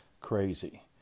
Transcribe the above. Crazy